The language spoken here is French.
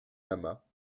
lamas